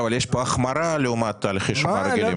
אבל יש פה החמרה לעומת תהליכי השומה הרגילים.